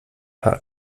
paar